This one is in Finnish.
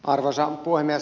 arvoisa puhemies